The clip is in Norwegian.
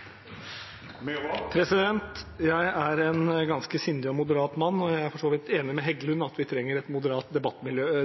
for så vidt enig med Heggelund i at vi trenger et moderat